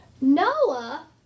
Noah